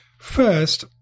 First